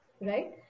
Right